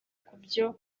kubyo